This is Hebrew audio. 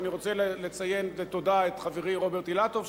ואני רוצה לציין בתודה את חברי רוברט אילטוב,